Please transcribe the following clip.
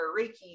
reiki